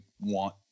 want